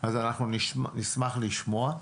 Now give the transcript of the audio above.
אז אנחנו נשמח לשמוע,